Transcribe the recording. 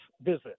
visit